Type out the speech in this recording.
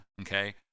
okay